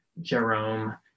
Jerome